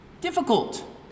difficult